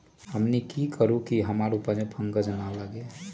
हमनी की करू की हमार उपज में फंगस ना लगे?